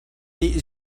nih